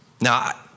Now